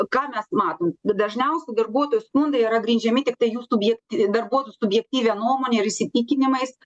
ką mes matom d dažniausiai darbuotojų skundai yra grindžiami tiktai jų subjekt darbuotojų subjektyvia nuomone ir įsitikinimais